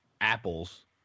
apples